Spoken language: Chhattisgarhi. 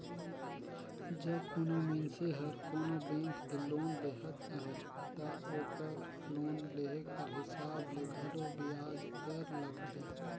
जब कोनो मइनसे हर कोनो बेंक ले लोन लेहत अहे ता ओकर लोन लेहे कर हिसाब ले घलो बियाज दर लगथे